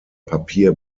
papier